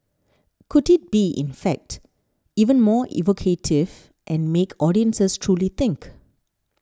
could it be in fact even more evocative and make audiences truly think